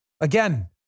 Again